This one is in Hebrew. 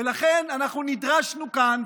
ולכן אנחנו נדרשנו כאן,